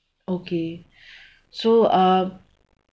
okay so uh